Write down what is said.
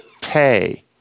pay